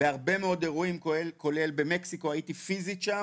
בהרבה מאוד אירועים כולל במקסיקו הייתי פיזית שם,